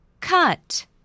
cut